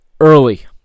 early